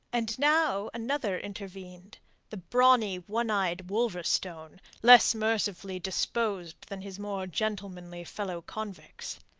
and now another intervened the brawny, one-eyed wolverstone, less mercifully disposed than his more gentlemanly fellow-convict.